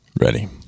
Ready